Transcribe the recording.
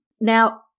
Now